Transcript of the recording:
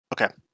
Okay